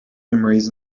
memories